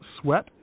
sweat